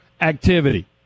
activity